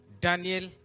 Daniel